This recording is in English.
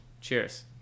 Cheers